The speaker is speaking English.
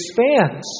expands